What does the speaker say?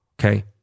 Okay